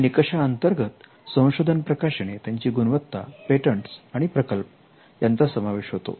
यां निकषा अंतर्गत संशोधन प्रकाशने त्यांची गुणवत्ता पेटंटस आणि प्रकल्प यांचा समावेश होतो